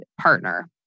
partner